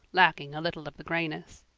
lacking a little of the grayness.